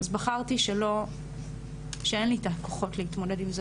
אז בחרתי שאין לי את הכוחות להתמודד עם זה